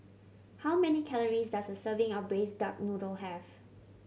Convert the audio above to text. how many calories does a serving of Braised Duck Noodle have